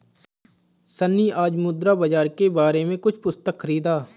सन्नी आज मुद्रा बाजार के बारे में कुछ पुस्तक खरीदा